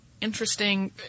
interesting